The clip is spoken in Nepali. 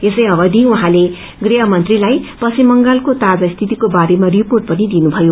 यसै अवधि उहाँले गृहमन्त्रीलाई पश्चिम बंगालको ताजा स्थितिको बारेमा रिपोर्ट पनि दिनुभयो